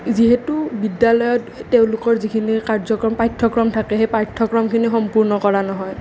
যিহেতু বিদ্যালয়ত তেওঁলোকৰ যিখিনি কাৰ্যক্ৰম পাঠ্যক্ৰম থাকে সেই পাঠ্যক্ৰমখিনি সম্পূৰ্ণ কৰা নহয়